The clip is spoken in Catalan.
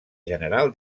general